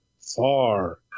far